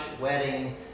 wedding